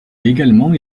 également